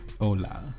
Hola